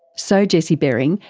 so jesse bering,